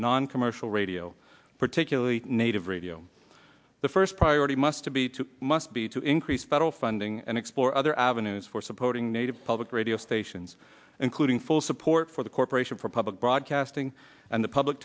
noncommercial radio particularly native radio the first priority must to be to must be to increase federal funding and explore other avenues for supporting native public radio stations including full support for the corporation for public broadcasting and the public